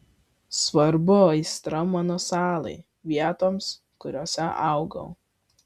svarbu aistra mano salai vietoms kuriose augau